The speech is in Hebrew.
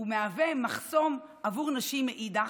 ומהווה מחסום עבור נשים מצד אחר,